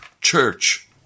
church